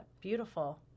Beautiful